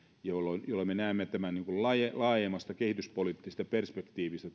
jolloin jolloin me näemme tämän kokeilu ja innovaatiotoiminnan laajemmasta kehityspoliittisesta perspektiivistä